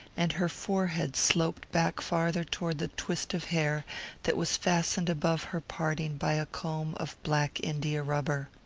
and her forehead sloped back farther toward the twist of hair that was fastened above her parting by a comb of black india-rubber.